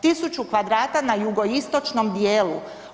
1000 kvadrata na jugoistočnom dijelu.